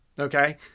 Okay